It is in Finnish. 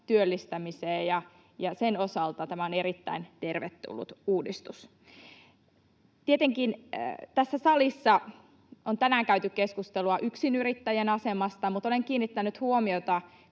työllistämiseen, ja sen osalta tämä on erittäin tervetullut uudistus. Tietenkin tässä salissa on tänään käyty keskustelua yksinyrittäjän asemasta, mutta olen kiinnittänyt huomiota